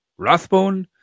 Rothbone